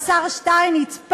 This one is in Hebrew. השר שטייניץ,